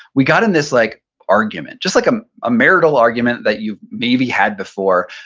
we got in this like argument, just like a ah marital argument that you've maybe had before.